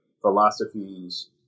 philosophies